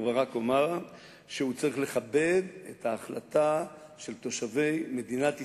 שהוא צריך לכבד את ההחלטה של תושבי מדינת ישראל,